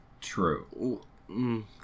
True